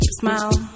smile